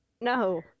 No